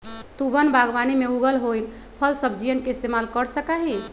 तु वन बागवानी में उगल होईल फलसब्जियन के इस्तेमाल कर सका हीं